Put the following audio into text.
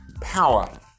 power